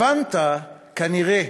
הבנת כנראה,